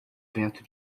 vento